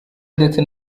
ndetse